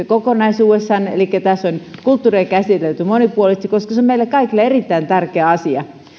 kokonaisuudessaan tässä on kulttuuria käsitelty monipuolisesti koska se on meille kaikille erittäin tärkeä asia